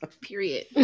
Period